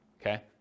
okay